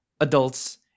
adults